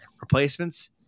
replacements